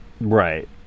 Right